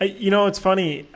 you know it's funny,